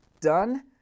done